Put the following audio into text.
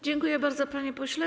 Dziękuję bardzo, panie pośle.